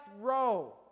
row